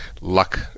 luck